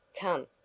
Come